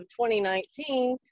2019